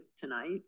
tonight